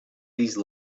these